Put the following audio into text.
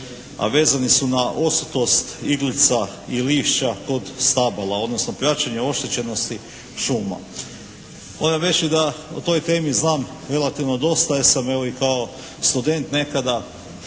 a vezani su na osutost iglica i lišća kod stabala, odnosno praćenje oštećenosti šuma. Moram reći da o toj temi znam relativno dosta jer sam je li kao student nekada